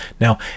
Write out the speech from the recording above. Now